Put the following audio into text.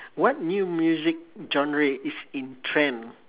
what new music genre is in trend